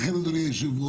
לכן, אדוני היושב-ראש,